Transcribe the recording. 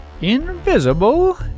Invisible